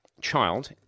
child